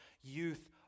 youth